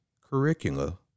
curricula